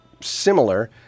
similar